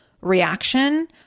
reaction